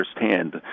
firsthand